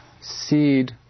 seed